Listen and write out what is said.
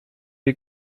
est